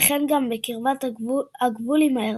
וכן גם בקרבת הגבול עם ירדן.